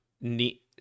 neat